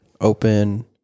open